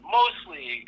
mostly